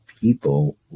People